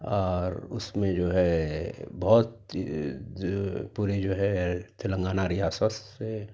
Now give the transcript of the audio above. اور اُس میں جو ہے بہت پوری جو ہے تلنگانہ ریاست سے